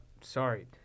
Sorry